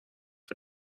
for